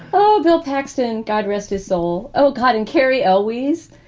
oh, bill paxton. god rest his soul. oh, god. and carrie elway's.